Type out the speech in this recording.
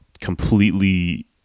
completely